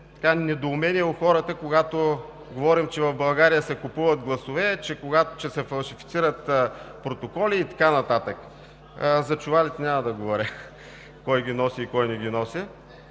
недоумение в хората, когато говорим, че в България се купуват гласове, че се фалшифицират протоколи и така нататък. За чувалите няма да говоря – кой ги носи и кой не ги носи.